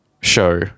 show